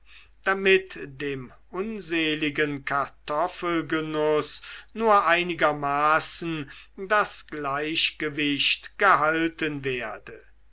damit dem unseligen kartoffelgenuß nur einigermaßen das gleichgewicht gehalten werde